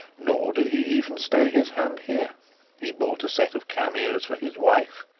nor did he even stay his hand here he bought a set of cameos for his wife,